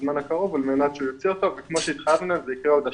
על מנת שיוציא אותו וכמו שהחלטנו זה יקרה עוד השנה,